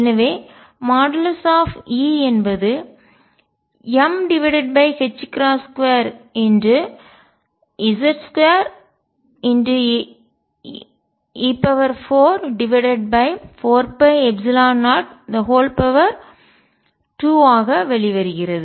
எனவே | E | என்பது m22Z2e44π02 ஆக வெளிவருகிறது